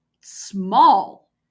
small